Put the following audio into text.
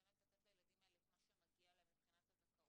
לתת לילדים האלה את מה שמגיע להם מבחינת הזכאות